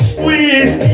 Squeeze